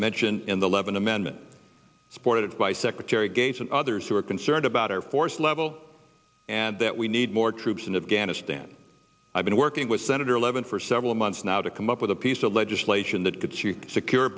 mentioned in the levin amendment supported by secretary gates and others who are concerned about our force level and that we need more troops in afghanistan i've been working with senator levin for several months now to come up with a piece of legislation that